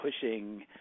pushing